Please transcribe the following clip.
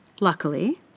Luckily